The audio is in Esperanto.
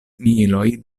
miloj